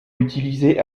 utilisé